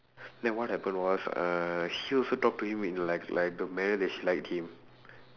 then what happened was uh she also talk to him in like like the manner that she liked him